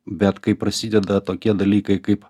bet kai prasideda tokie dalykai kaip